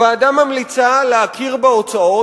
הוועדה ממליצה להכיר בהוצאות,